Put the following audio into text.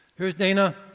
here's dana